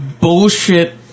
bullshit